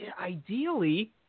ideally